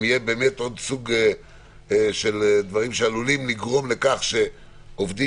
אם יהיה עוד סוג של דברים שעלולים לגרום לכך שעובדים